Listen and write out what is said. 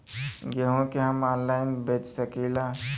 गेहूँ के हम ऑनलाइन बेंच सकी ला?